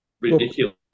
Ridiculous